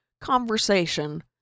conversation